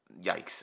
Yikes